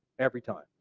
every time.